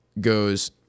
goes